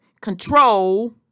control